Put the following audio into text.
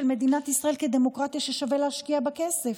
מדינת ישראל כדמוקרטיה ששווה להשקיע בה כסף,